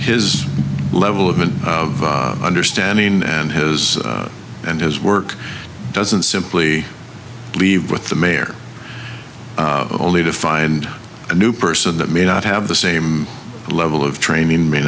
his level of understanding and his and his work doesn't simply leave with the mayor only to find a new person that may not have the same level of training may